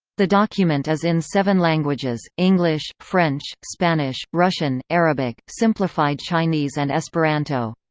the document is in seven languages english, french, spanish, russian, arabic, simplified chinese and esperanto.